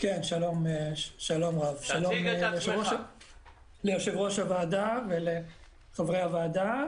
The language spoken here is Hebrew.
שלום רב, יושב-ראש הוועדה וחברי הוועדה.